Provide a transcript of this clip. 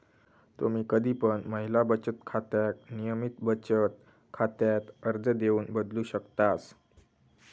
तुम्ही कधी पण महिला बचत खात्याक नियमित बचत खात्यात अर्ज देऊन बदलू शकतास